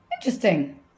Interesting